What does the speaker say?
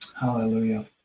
hallelujah